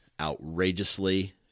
outrageously